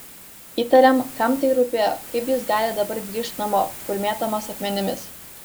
įtariam kam tai rūpėjo kaip jis gali dabar grįžt namo kur mėtomas akmenimis